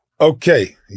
okay